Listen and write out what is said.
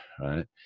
right